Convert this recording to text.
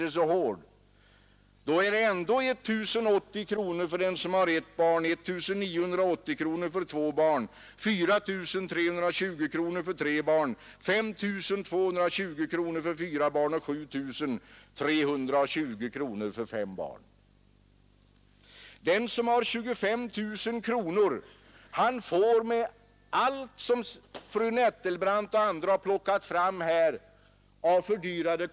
Att det var en omfördelning till förmån för låginkomsttagarna kan väl ingen vederlägga.